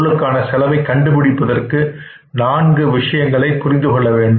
பொருளுக்கான செலவை கண்டுபிடிப்பதற்காக நான்கு விடயங்களை புரிந்து கொள்ள வேண்டும்